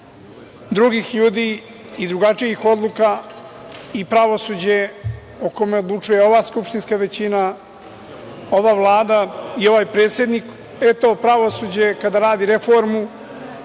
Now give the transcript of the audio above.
drugih ljudi i drugačijih odluka i pravosuđe o kome odlučuje ova skupštinska većina, ova vlada i ovaj predsednik, e to pravosuđe kada radi reformu